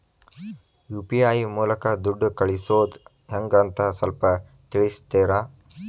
UPI ಮೂಲಕ ದುಡ್ಡು ಕಳಿಸೋದ ಹೆಂಗ್ ಅಂತ ಸ್ವಲ್ಪ ತಿಳಿಸ್ತೇರ?